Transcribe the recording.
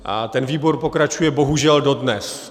A ten výbor pokračuje bohužel dodnes.